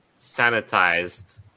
sanitized